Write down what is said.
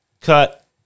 Cut